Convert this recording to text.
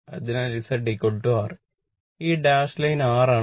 അതിനാൽ ZR ഈ dash line R ആണ്